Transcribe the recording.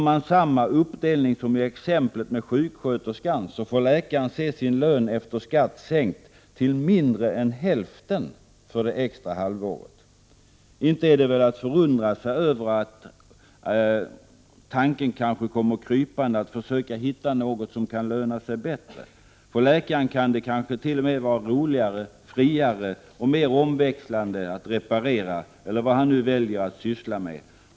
Med samma uppdelning som i exemplet med sjuksköterskan får läkaren se sin lön efter skatt sänkt till mindre än hälften för det extra halvåret. Inte är det väl att förundra sig över, om tanken kommer krypande hos läkaren att han skall försöka hitta något som kan löna sig bättre. För honom kan det t.o.m. vara roligare, friare och mer omväxlande att reparera eller vad han nu väljer att syssla med.